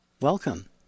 Welcome